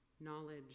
knowledge